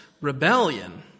Rebellion